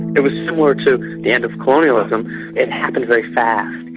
it was similar to the end of colonialism it happened very fast.